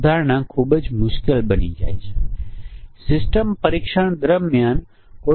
હવે ચાલો એક મોડ બગનું ઉદાહરણ જોઈએ